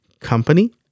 company